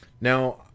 Now